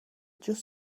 just